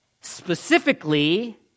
specifically